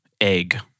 egg